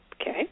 okay